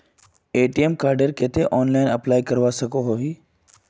ATM कार्डेर केते online apply करवा सकोहो ही?